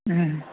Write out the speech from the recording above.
ꯎꯝ